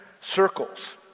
circles